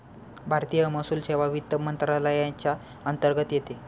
भारतीय महसूल सेवा वित्त मंत्रालयाच्या अंतर्गत येते